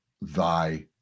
thy